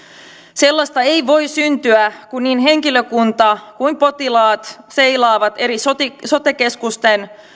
sellaista ei voi syntyä kun niin henkilökunta kuin potilaat seilaavat eri sote keskusten